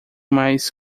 mais